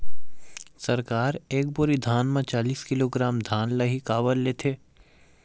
सरकार एक बोरी धान म चालीस किलोग्राम धान ल ही काबर लेथे?